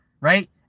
right